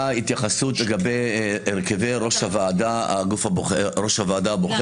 התייחסות לגבי הרכב ראש הוועדה הבוחרת